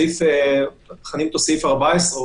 וגם פעולות אחרות,